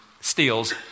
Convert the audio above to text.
steals